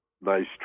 nice